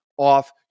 Off